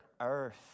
earth